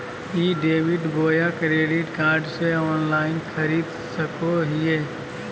ई debit बोया credit card से online खरीद सको हिए?